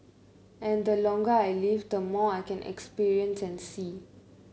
and the longer I live the more I can experience and see